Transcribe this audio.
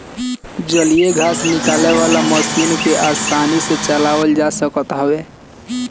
जलीय घास निकाले वाला मशीन के आसानी से चलावल जा सकत हवे